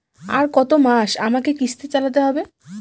আর কতমাস আমাকে কিস্তি চালাতে হবে?